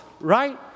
right